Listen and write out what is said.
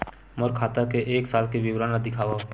मोर खाता के एक साल के विवरण ल दिखाव?